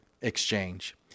exchange